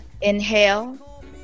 Inhale